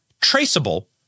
traceable